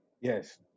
Yes